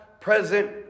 present